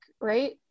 right